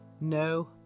no